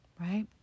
right